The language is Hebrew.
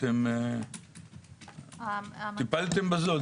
טיפלתם בזה?